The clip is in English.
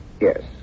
Yes